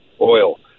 oil